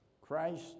Christ